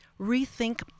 rethink